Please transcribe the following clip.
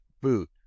boot